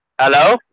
Hello